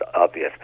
obvious